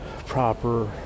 proper